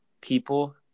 people